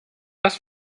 das